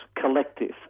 collective